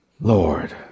Lord